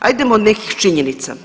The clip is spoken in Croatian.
Hajdemo od nekih činjenica.